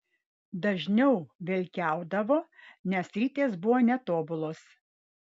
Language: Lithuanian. dažniau velkiaudavo nes ritės buvo netobulos